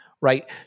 Right